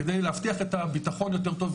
כדי להבטיח את הביטחון יותר טוב.